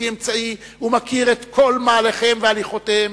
אמצעי ומכיר את כל מהלכיהם והליכותיהם.